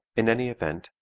in any event,